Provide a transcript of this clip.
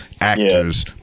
actors